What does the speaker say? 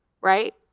right